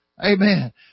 amen